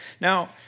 Now